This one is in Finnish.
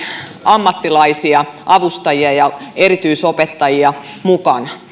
ammattilaisia avustajia ja erityisopettajia mukana